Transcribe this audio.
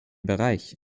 bereich